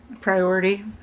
priority